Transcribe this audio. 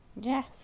Yes